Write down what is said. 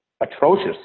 atrocious